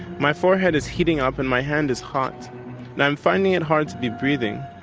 my forehead is heating up and my hand is hot and i'm finding it hard to be breathing.